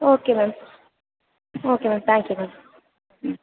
okay ma'am okay ma'am thank you ma'am